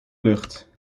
lucht